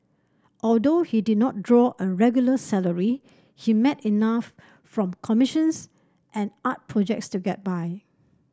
although he did not draw a regular salary he made enough from commissions and art projects to get by